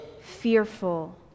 Fearful